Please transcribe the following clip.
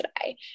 today